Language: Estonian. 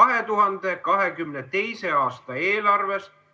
2022. aasta eelarves